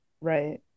Right